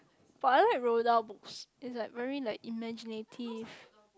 but I like roll down books is like very like imaginative